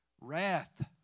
wrath